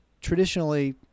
traditionally